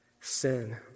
sin